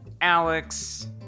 Alex